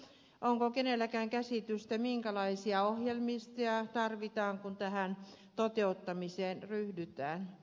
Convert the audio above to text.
onko kenelläkään käsitystä minkälaisia ohjelmistoja tarvitaan kun tähän toteuttamiseen ryhdytään